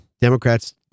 Democrats